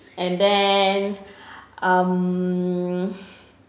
and then um